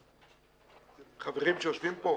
של החברים שיושבים פה,